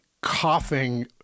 coughing